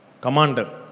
Commander